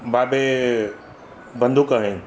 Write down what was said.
बाबे बंदूकु खणे